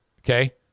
Okay